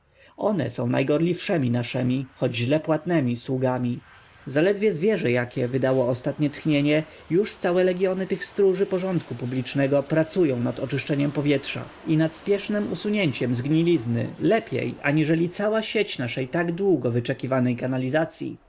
one są najgorliwszemi naszemi choć źle płatnemi sługami zaledwie zwierzę jakie wydało ostatnie tchnienie już całe legiony tych stróży porządku publicznego pracują nad oczyszczeniem powietrza i nad śpiesznem usunięciem zgnilizny lepiej aniżeli cała sieć naszej tak długo wyczekiwanej kanalizacyi